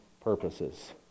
purposes